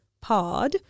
Pod